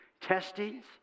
Testings